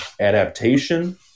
adaptation